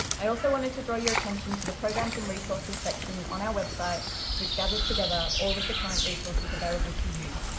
i also wanted to draw your attention to the promises and resources section on our website which gathers together all of the current resources available to you,